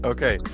Okay